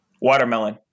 Watermelon